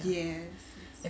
yes